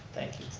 thank you.